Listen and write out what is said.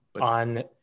on